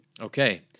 Okay